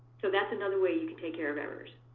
so that's another way you can take care of errors.